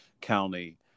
County